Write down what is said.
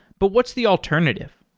but what's the alternative?